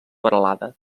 peralada